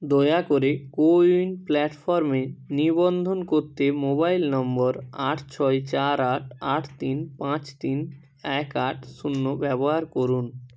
দয়া করে কোউইন প্ল্যাটফর্মে নিবন্ধন করতে মোবাইল নম্বর আট ছয় চার আট আট তিন পাঁচ তিন এক আট শূন্য ব্যবহার করুন